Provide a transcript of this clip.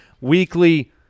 weekly